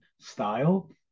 style